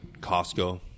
Costco